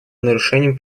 нарушением